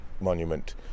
monument